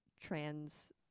trans